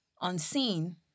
unseen